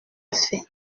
fait